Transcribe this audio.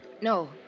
No